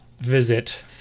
visit